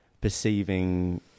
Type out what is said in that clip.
perceiving